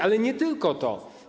Ale nie tylko to.